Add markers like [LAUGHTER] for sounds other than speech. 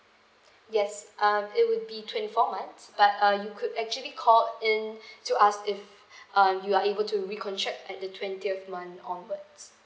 yes um it would be twenty four months but uh you could actually call in to ask if [BREATH] um you are able to recontract at the twentieth month onwards